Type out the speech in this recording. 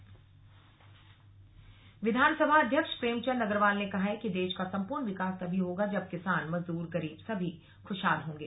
किसान दिवस विधानसभा अध्यक्ष प्रेमचंद अग्रवाल ने कहा है कि देश का संपूर्ण विकास तभी होगा जब किसान मजदूर गरीब सभी खुशहाल होंगे